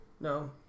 No